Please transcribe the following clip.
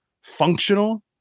functional